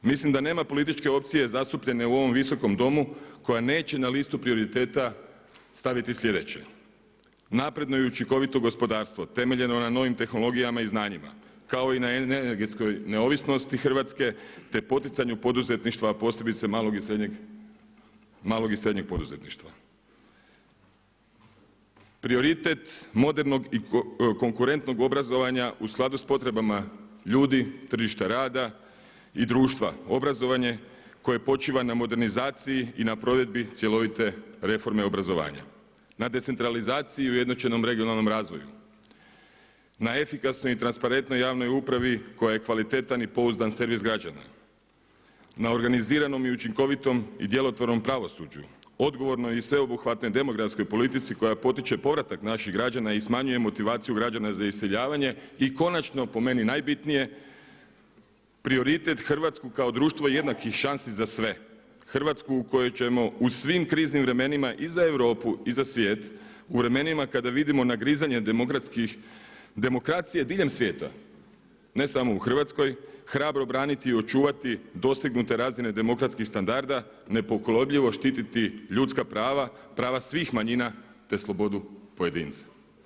Mislim da nema političke opcije zastupljene u ovom Visokom domu koja neće na listu prioriteta staviti sljedeće, napredno i učinkovito gospodarstvo temeljeno na novim tehnologijama i znanjima kao i na energetskoj neovisnosti Hrvatske, te poticanju poduzetništva, posebice malog i srednjeg poduzetništva, prioritet modernog i konkurentnog obrazovanja u skladu s potrebama ljudi, tržišta rada i društva, obrazovanje koje počiva na modernizaciji i na provedbi cjelovite reforme obrazovanja, na decentralizaciji i ujednačenom regionalnom razvoju, na efikasnoj i transparentnoj javnoj upravi koja je kvalitetan i pouzdan servis građana, na organiziranom i učinkovitom i djelotvornom pravosuđu, odgovornoj i sveobuhvatnoj demografskoj politici koja potiče povratak naših građana i smanjuje motivaciju građana za iseljavanje i konačno po meni najbitnije, prioritet Hrvatsku kao društvo jednakih šansi za sve, Hrvatsku u kojoj ćemo u svim kriznim vremenima i za Europu i za svije u vremenima kada vidimo nagrizanje demokracije diljem svijeta, ne samo u Hrvatskoj, hrabro braniti i očuvati dosegnute razine demokratskih standarda, nepokolebljivo štititi ljudska prava, prava svih manjina, te slobodu pojedinca.